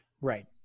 Right